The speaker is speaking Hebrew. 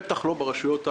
בטח לא ברשויות החלשות.